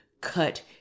cut